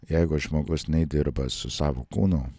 jeigu žmogus nedirba su savo kūnu